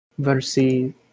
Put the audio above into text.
Versi